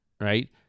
right